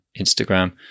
Instagram